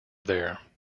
there